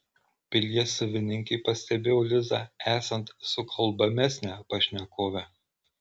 pilies savininkė pastebėjo lizą esant sukalbamesnę pašnekovę